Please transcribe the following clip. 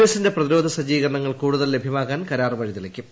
എസ്സിന്റെ പ്രതിരോധ സജ്ജീകരണങ്ങൾ കൂടുതൽ ലഭ്യമാകാൻ കരാർ വഴിതെളിക്കും